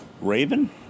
Raven